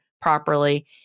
properly